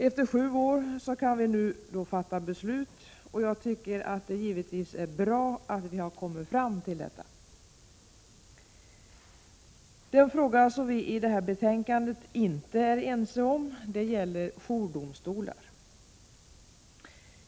Efter sju år kan vi nu fatta beslut, och jag tycker givetvis att det är bra att vi har kommit fram till detta. Den fråga som vi i detta betänkande inte är ense om gäller jourdomstolar.